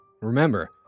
Remember